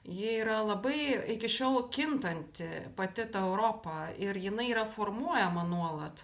ji yra labai iki šiol kintanti pati ta europa ir jinai yra formuojama nuolat